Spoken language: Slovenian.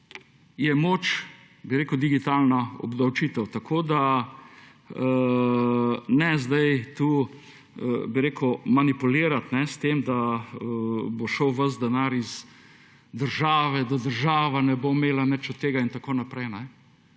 je moč, bi rekel, digitalna obdavčitev. Tako da ne zdaj tu, bi rekel, manipulirati s tem, da bo šel ves denar iz države, da država ne bo imela nič od tega in tako naprej.